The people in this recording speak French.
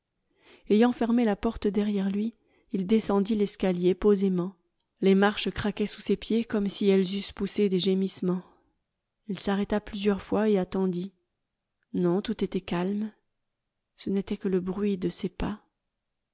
ayant fermé la porte derrière lui il descendit l'escalier posément les marches craquaient sous ses pieds comme si elles eussent poussé des gémissements il s'arrêta plusieurs fois et attendit non tout était calme ce n'était que le bruit de ses pas